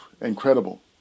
Incredible